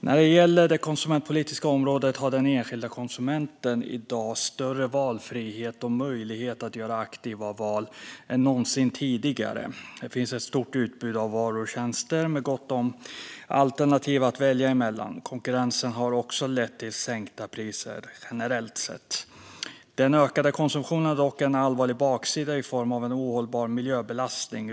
När det gäller det konsumentpolitiska området har den enskilda konsumenten i dag större valfrihet och möjlighet att göra aktiva val än någonsin tidigare. Det finns ett stort utbud av varor och tjänster med gott om alternativ att välja mellan. Konkurrensen har också lett till sänkta priser. Den ökade konsumtionen har dock en allvarlig baksida i form av en ohållbar miljöbelastning.